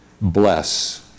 bless